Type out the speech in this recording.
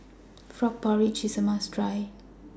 Frog Porridge IS A must Try